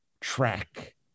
track